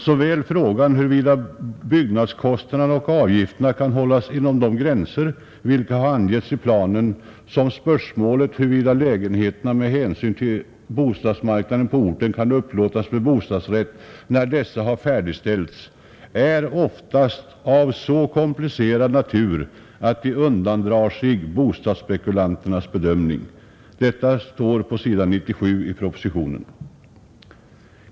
Såväl frågan huruvida byggnadskostnaderna och avgifterna kan hållas inom de gränser vilka har angetts i planen som spörsmålet huruvida lägenheterna med hänsyn till bostadsmarknaden på orten kan upplåtas med bostadsrätt när de har färdigställts är oftast av så komplicerad natur att de undandrar sig bostadsspekulanternas bedömning.” Detta står på s. 77 i propositionen.